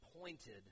pointed